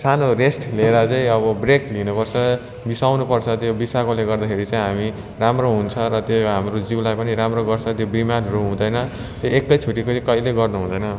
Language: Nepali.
सानो रेस्ट लिएर चाहिँ अब ब्रेक लिनु पर्छ बिसाउनु पर्छ त्यो बिसाएकोले गर्दाखेरि चाहिँ हामी राम्रो हुन्छ र त्यो हाम्रो जिउलाई पनि राम्रो गर्छ बिमारहरू हुँदैन एकैचोटि पनि कहिले गर्नु हुँदैन